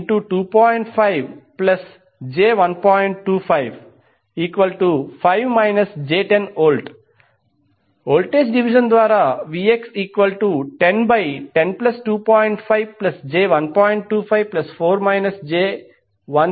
255 j10V voltage division ద్వారా Vx10102